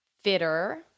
fitter